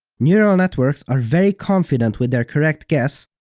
neural networks are very confident with their correct guess,